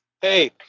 Hey